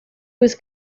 was